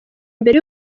mbere